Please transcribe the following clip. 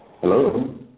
Hello